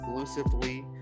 exclusively